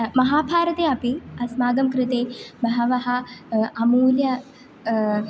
महाभारते अपि अस्माकं कृते बहवः अमूल्य